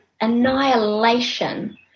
annihilation